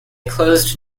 closed